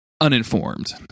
uninformed